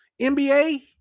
NBA